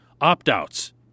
opt-outs